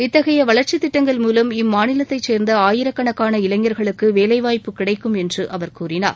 இத்தகைய வளர்ச்சித் திட்டங்கள் மூலம் இம்மாநிலத்தைச் சேர்ந்த ஆயிரக்கணக்கான இளைஞர்களுக்கு வேலைவாய்ப்பு கிடைக்கும் என்று கூறினார்